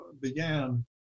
began